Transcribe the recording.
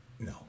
No